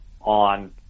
On